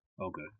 Okay